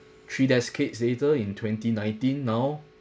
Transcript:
three decades later in twenty nineteen now